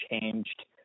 changed